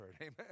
amen